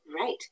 Right